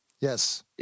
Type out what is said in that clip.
Yes